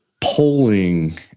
polling